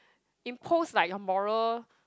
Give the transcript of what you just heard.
impose like a moral